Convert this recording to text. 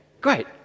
Great